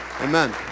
Amen